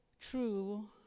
true